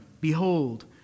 behold